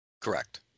Correct